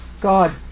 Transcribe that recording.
God